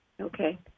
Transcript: Okay